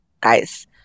guys